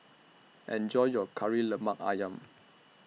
Enjoy your Kari Lemak Ayam